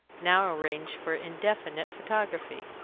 now arranged for indefinite photography,